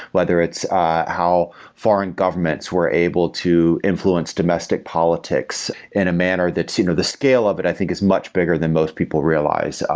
whether it's how foreign governments were able to influence domestic politics in a manner that's you know the scale of it i think is much bigger than most people realize.